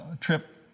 trip